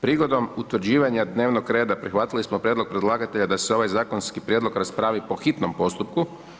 Prigodom utvrđivanja dnevnog reda, prihvatili smo prijedlog predlagatelja da se ovaj zakonski prijedlog raspravi po hitnom postupku.